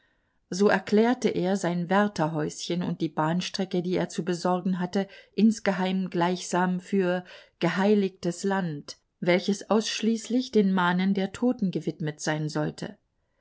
so erklärte er sein wärterhäuschen und die bahnstrecke die er zu besorgen hatte insgeheim gleichsam für geheiligtes land welches ausschließlich den manen der toten gewidmet sein sollte